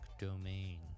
domain